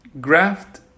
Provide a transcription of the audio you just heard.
graft